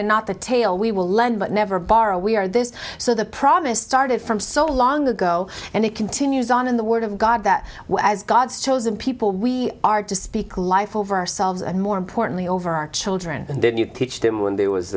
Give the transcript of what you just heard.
and not the tail we will lead but never borrow we are this so the promise started from so long ago and it continues on in the word of god that we as god's chosen people we are to speak life over ourselves and more importantly over our children and then you pitched him when he was